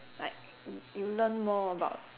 like y~ you learn more about